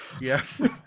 Yes